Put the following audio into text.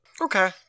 Okay